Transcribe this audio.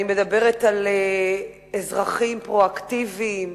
אני מדברת על אזרחים פרואקטיביים.